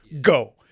Go